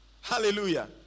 Hallelujah